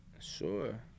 Sure